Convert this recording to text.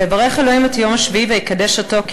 ויברך אלוהים את יום השביעי ויברך אותו כי